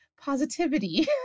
positivity